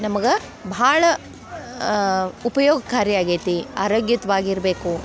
ನಮಗೆ ಭಾಳ ಉಪಯೋಗಕಾರಿ ಆಗೈತಿ ಆರೋಗ್ಯಯುತ್ವಾಗಿ ಇರಬೇಕು